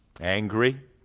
Angry